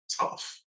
tough